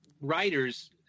writers